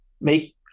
make